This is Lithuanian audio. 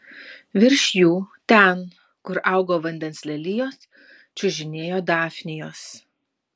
virš jų ten kur augo vandens lelijos čiužinėjo dafnijos